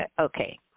Okay